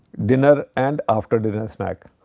dinner and after dinner snack